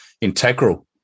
integral